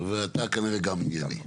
ואתה כנראה גם ענייני.